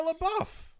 LaBeouf